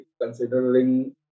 considering